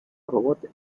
robot